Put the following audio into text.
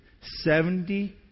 Seventy